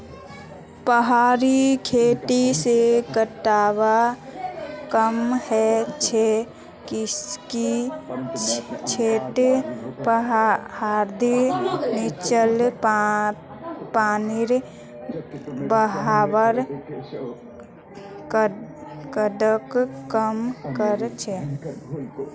पहाड़ी खेती से कटाव कम ह छ किसेकी छतें पहाड़ीर नीचला पानीर बहवार दरक कम कर छे